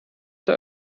der